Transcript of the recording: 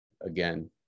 again